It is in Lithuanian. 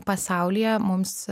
pasaulyje mums